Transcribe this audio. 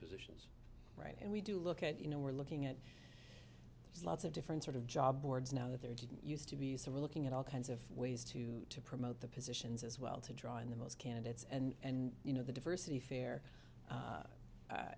the right and we do look and you know we're looking at lots of different sort of job boards now that they're used to be some are looking at all kinds of ways to to promote the positions as well to draw in the most candidates and you know the diversity fair